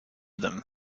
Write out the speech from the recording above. them